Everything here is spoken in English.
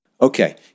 Okay